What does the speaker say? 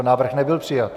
Návrh nebyl přijat.